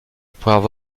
pourrait